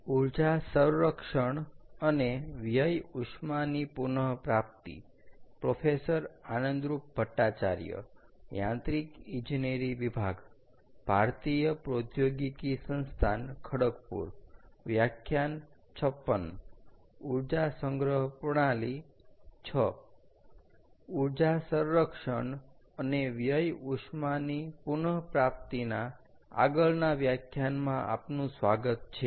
ઊર્જા સંરક્ષણ અને વ્યય ઉષ્માની પુન પ્રાપ્તિના આગળના વ્યાખ્યાનમાં આપનુ સ્વાગત છે